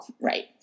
Right